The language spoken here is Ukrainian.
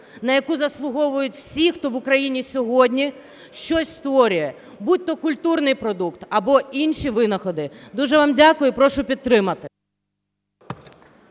на яку заслуговують всі, хто в Україні сьогодні щось створює, будь-то культурний продукт або інші винаходи. Дуже вам дякую. І прошу підтримати.